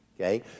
Okay